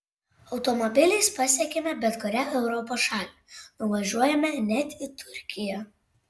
automobiliais pasiekiame bet kurią europos šalį nuvažiuojame net į turkiją